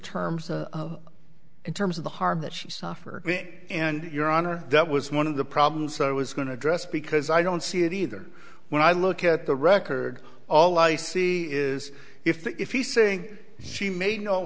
terms in terms of the harm that she suffered and your honor that was one of the problems i was going to address because i don't see it either when i look at the record all i see is if that if he's saying she made no